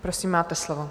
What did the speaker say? Prosím, máte slovo.